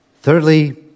Thirdly